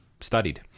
studied